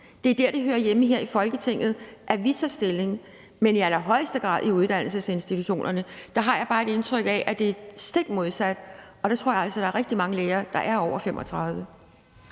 Det er der, hvor det hører hjemme, i forhold til at vi tager stilling her i Folketinget. Men i allerhøjeste grad på uddannelsesinstitutionerne har jeg bare et indtryk af at det er stik modsat, og der tror jeg altså, at der er rigtig mange lærere, der er over 35